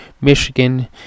michigan